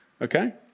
okay